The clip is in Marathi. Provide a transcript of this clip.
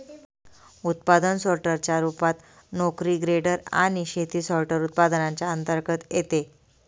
उत्पादन सोर्टर च्या रूपात, नोकरी ग्रेडर आणि शेती सॉर्टर, उत्पादनांच्या अंतर्गत येते